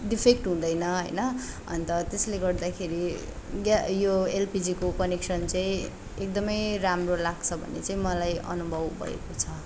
defect हुँदैन होइन अन्त त्यसले गर्दाखेरि ग्या यो एलपिजीको कनेक्सन चाहिँ एकदमै राम्रो लाग्छ भन्ने चाहिँ मलाई अनुभव भएको छ